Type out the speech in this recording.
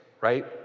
right